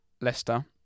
Leicester